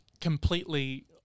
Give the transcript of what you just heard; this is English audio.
completely